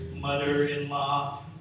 mother-in-law